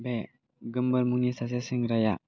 बे गोमबोर मुंनि सासे सेंग्राया